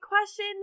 question